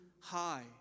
high